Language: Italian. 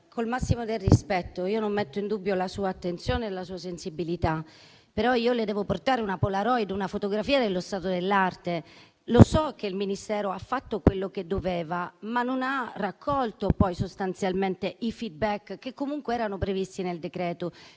il massimo del rispetto, non metto in dubbio la sua attenzione e la sua sensibilità, però le devo portare una Polaroid, una fotografia dello stato dell'arte. Lo so che il Ministero ha fatto quello che doveva, ma non ha raccolto poi sostanzialmente i *feedback* che comunque erano previsti nel decreto.